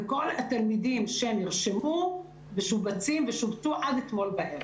וכל התלמידים שנרשמו משובצים ושובצו עד אתמול בערב.